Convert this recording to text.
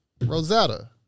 Rosetta